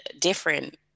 different